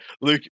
Luke